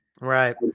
Right